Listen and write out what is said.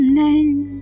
name